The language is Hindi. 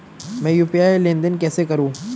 मैं यू.पी.आई लेनदेन कैसे करूँ?